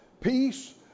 peace